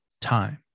time